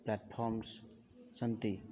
platforms सन्ति